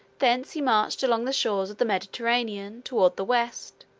thence he marched along the shores of the mediterranean, toward the west,